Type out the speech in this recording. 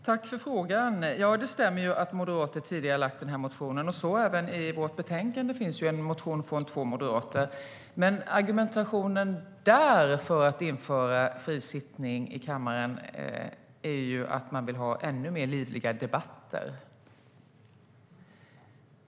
Herr talman! Tack för frågan! Det stämmer att moderater tidigare har väckt motioner i frågan. Även i betänkandet finns en motion från två moderater i frågan. Men argumentationen i den motionen för att införa fri sittning i kammaren är att man vill ha ännu mer livliga debatter.